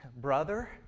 brother